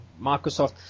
Microsoft